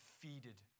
defeated